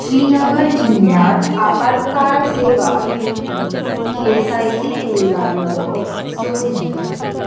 श्रीनगर जिल्ल्यांत आपात्काळ सेवा दिवपी ई एस आय सी केंद्रांचो सोद घे